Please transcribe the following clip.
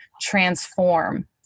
transform